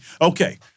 Okay